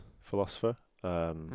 philosopher